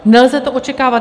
Nelze to očekávat.